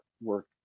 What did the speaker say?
work